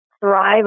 thrive